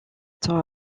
temps